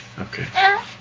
Okay